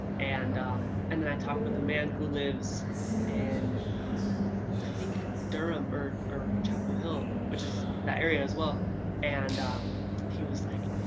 and um and then i talked with a man who lives in i think durham or or chapel hill, which is that area as well and he was like,